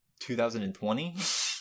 2020